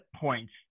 points